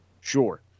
Sure